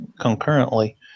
concurrently